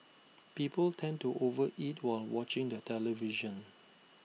people tend to over eat while watching the television